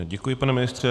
Děkuji, pane ministře.